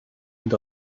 and